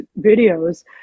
videos